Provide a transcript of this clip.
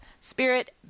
spirit